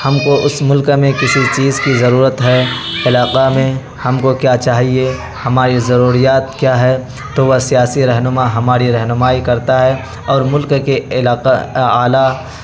ہم کو اس ملک میں کسی چیز کی ضرورت ہے علاقہ میں ہم کو کیا چاہیے ہماری ضروریات کیا ہے تو وہ سیاسی رہنما ہماری رہنمائی کرتا ہے اور ملک کے علاقہ اعلیٰ